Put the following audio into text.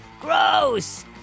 Gross